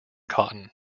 cotton